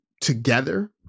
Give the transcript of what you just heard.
together